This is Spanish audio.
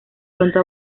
pronto